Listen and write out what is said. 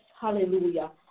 hallelujah